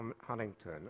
Huntington